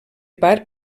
part